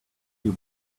you